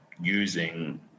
using